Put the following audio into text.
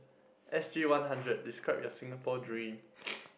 S_G one hundred describe your Singapore dream